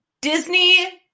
Disney –